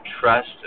trust